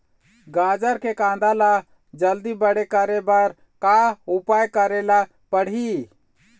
गाजर के कांदा ला जल्दी बड़े करे बर का उपाय करेला पढ़िही?